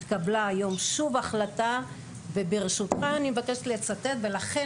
היום שוב התקבלה החלטה וברשותך אני מבקשת לצטט ולכן